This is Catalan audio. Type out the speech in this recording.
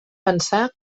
pensar